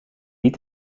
die